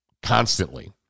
Constantly